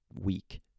week